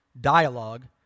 dialogue